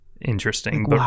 interesting